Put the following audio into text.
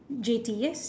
J_T yes